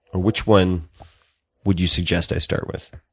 or which one would you suggest i start with?